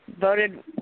voted